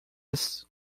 esse